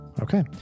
Okay